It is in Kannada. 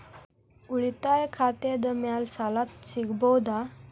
ಉಳಿತಾಯ ಖಾತೆದ ಮ್ಯಾಲೆ ಸಾಲ ಸಿಗಬಹುದಾ?